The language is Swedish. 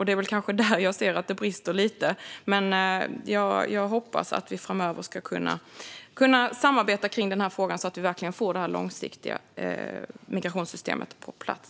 Det är väl kanske där jag ser att det brister lite, men jag hoppas att vi framöver ska kunna samarbeta kring denna fråga, så att vi verkligen får det långsiktiga migrationssystemet på plats.